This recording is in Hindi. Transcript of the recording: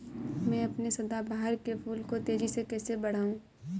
मैं अपने सदाबहार के फूल को तेजी से कैसे बढाऊं?